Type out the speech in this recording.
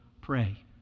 pray